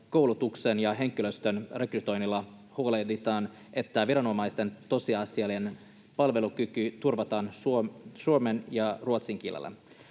koulutuksen ja henkilöstön rekrytoinnilla huolehditaan, että viranomaisten tosiasiallinen palvelukyky turvataan suomen ja ruotsin kielellä.